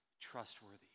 trustworthy